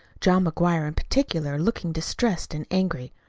john mcguire, in particular, looking distressed and angry.